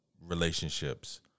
relationships